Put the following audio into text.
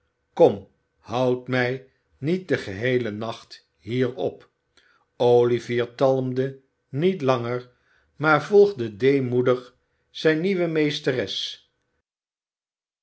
kom houd mij niet den geheelen nacht hier op olivier talmde niet langer maar volgde deemoedig zijne nieuwe meesteres